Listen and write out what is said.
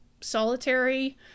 solitary